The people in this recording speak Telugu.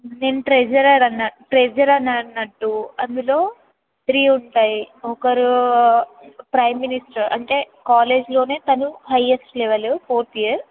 నేను ట్రెజరర్ అన్న ట్రెజర్ అన్నట్టు అందులో త్రీ ఉంటాయి ఒకరు ప్రైమ్ మినిస్టర్ అంటే కాలేజ్లోనే తను హయ్యెస్ట్ లెవల్ ఫోర్త్ ఇయర్